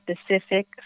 specific